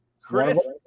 Chris